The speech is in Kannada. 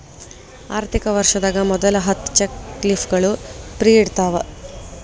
ಆರ್ಥಿಕ ವರ್ಷದಾಗ ಮೊದಲ ಹತ್ತ ಚೆಕ್ ಲೇಫ್ಗಳು ಫ್ರೇ ಇರ್ತಾವ